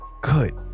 good